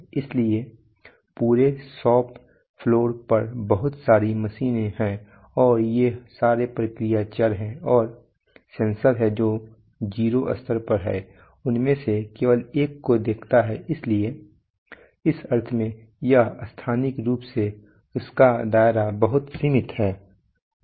इसलिए पूरे shop floor पर बहुत सारी मशीनें हैं और यह सारे प्रक्रिया चर हैं और सेंसर है जो 0 स्तर पर है उनमें से केवल एक को देखता है इसलिए इस अर्थ में यह स्थानिक रूप से इसका दायरा बहुत सीमित है